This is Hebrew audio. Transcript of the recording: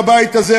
בבית הזה,